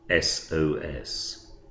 SOS